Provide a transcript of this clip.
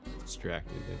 distracted